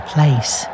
place